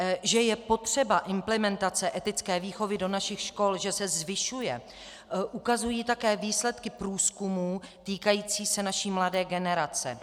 Že je se potřeba implementace etické výchovy do našich škol, že zvyšuje, ukazují také výsledky průzkumů týkající se naší mladé generace.